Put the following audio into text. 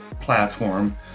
platform